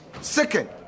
Second